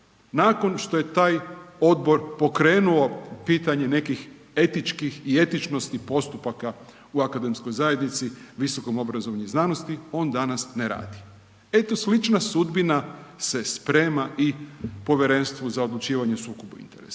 nakon što je taj odbor pokrenuo pitanje nekih etičkih i etičnosti postupaka u akademskoj zajednici, viskom obrazovanju i znanosti, on danas ne radi. Eto slična sudbina se sprema i Povjerenstvu za odlučivanje o sukobu interesa.